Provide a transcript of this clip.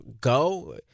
go